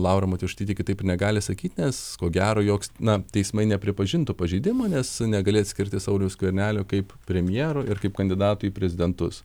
laura matjošaitytė kitaip negali sakyt nes ko gero joks na teismai nepripažintų pažeidimo nes negali atskirti sauliaus skvernelio kaip premjero ir kaip kandidato į prezidentus